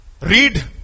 Read